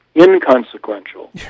inconsequential